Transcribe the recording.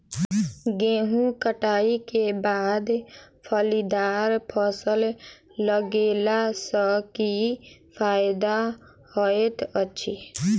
गेंहूँ कटाई केँ बाद फलीदार फसल लगेला सँ की फायदा हएत अछि?